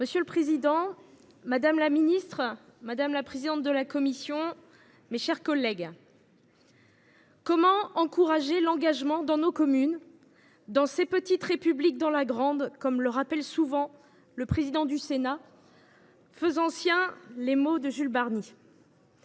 Monsieur le président, madame la ministre, mes chers collègues, comment encourager l’engagement dans nos communes, dans ces « petite[s] république[s] dans la grande », comme le rappelle souvent le président du Sénat, faisant siens les mots de Jules Barni ?